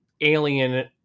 alien